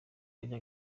ajya